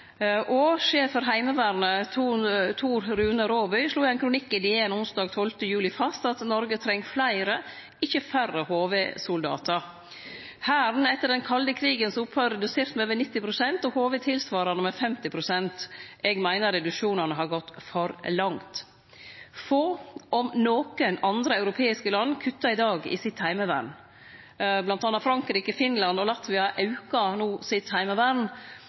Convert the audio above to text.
sjef for Heimevernet, Tor Rune Raabye, slo i ein kronikk i DN onsdag 12. juli fast at Noreg treng fleire, ikkje færre HV-soldatar. Hæren er etter den kalde krigens opphøyr redusert med over 90 pst., og HV tilsvarande med 50 pst. Eg meiner reduksjonane har gått for langt. Få, om nokre, andre europeiske land kuttar i dag i sitt heimevern. Blant anna Frankrike, Finland og Latvia aukar no sitt heimevern,